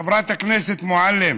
חברת הכנסת מועלם,